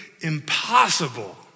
impossible